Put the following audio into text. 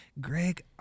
Greg